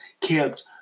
kept